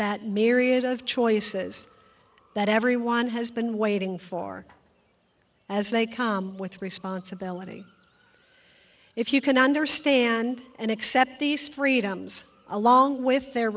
that myriad of choices that everyone has been waiting for as they come with responsibility if you can understand and accept these freedoms along with their